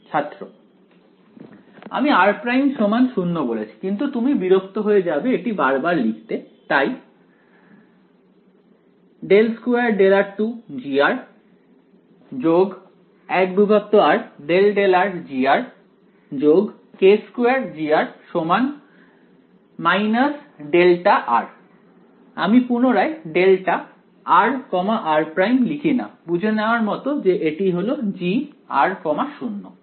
ছাত্র আমি r′ 0 বলেছি কিন্তু তুমি বিরক্ত হয়ে যাবে এটি বারবার লিখতে তাই ∂2∂r2 G 1r ∂∂r G k2G δ আমি পুনরায় δr r′ লিখিনা বুঝে নেওয়ার মতো যে এটি হল Gr 0